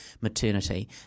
maternity